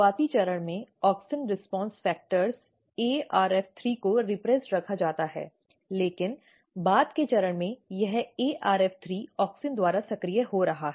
शुरुआती चरण में औक्सिन प्रतिक्रिया कारकों ARF3 को रिप्रेस्ड रखा जाता है लेकिन बाद के चरण में यह ARF3 औक्सिन द्वारा सक्रिय हो रहा है